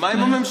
ומה עם הממשלה?